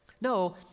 No